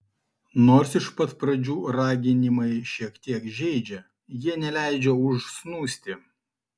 nors iš pat pradžių raginimai šiek tiek žeidžia jie neleidžia užsnūsti